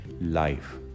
life